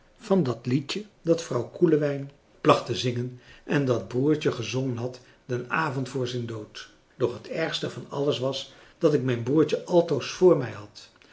van dat liedje dat vrouw koelewijn placht te zingen en dat broertje gezongen had den avond voor zijn dood doch het ergste van alles was dat ik mijn broertje altoos voor mij had